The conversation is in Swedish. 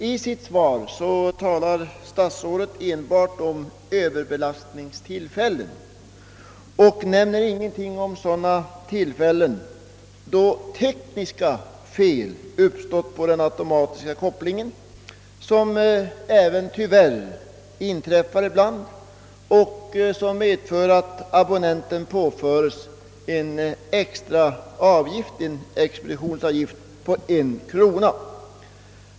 I sitt svar talar statsrådet enbart om överbelastningstillfällen och nämner ingenting om sådana tillfällen då tekniska fel uppstått på den automatiska kopplingen, vilket tyvärr inträffar ibland och som då medför att abonnenten påförs en extra avgift — expeditionsavgift — på en krona.